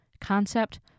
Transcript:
concept